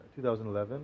2011